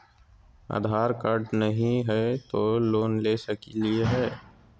आधार card नही हय, तो लोन ले सकलिये है?